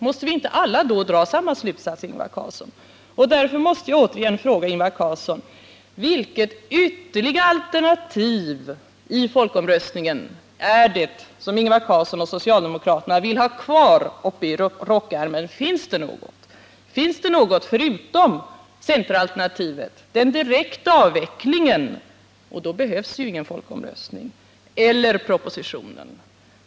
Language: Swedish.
Måste vi inte då alla dra samma slutsats, Ingvar Carlsson? Därför måste jag återigen fråga Ingvar Carlsson: Vilket ytterligare alternativ i folkomröstningen är det som Ingvar Carlsson och socialdemokraterna vill ha kvar uppe i rockärmen? Finns det något förutom centeralternativet för den direkta avvecklingen — och då behövs ingen folkomröstning — eller propositionen?